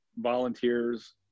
volunteers